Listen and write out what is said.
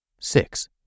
Six